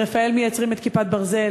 ברפא"ל מייצרים את "כיפת ברזל",